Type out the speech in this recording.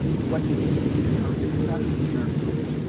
what does this mean and how does it impact to the american voters.